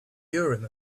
urim